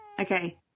Okay